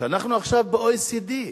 שאנחנו ב-OECD.